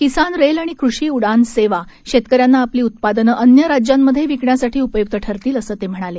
किसान rail आणि कृषी उडान सेवा शेतकऱ्यांना आपली उत्पादनं अन्य राज्यांमध्ये विकण्यासाठी उपयुक्त ठरतील असं ते म्हणाले